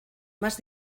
más